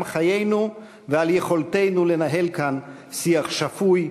חיינו ועל יכולתנו לנהל כאן שיח שפוי,